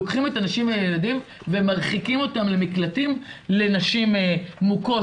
לוקחים את הנשים והילדים ומרחיקים אותם למקלטים לנשים מוכות,